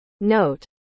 Note